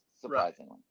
surprisingly